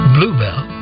Bluebell